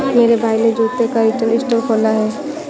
मेरे भाई ने जूतों का रिटेल स्टोर खोला है